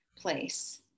place